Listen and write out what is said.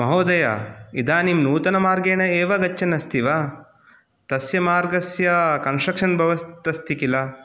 महोदय इदानीं नूतनमार्गेण एव गच्छन् अस्ति वा तस्य मार्गस्य कन्षक्षन् भवत् अस्ति किल